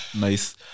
Nice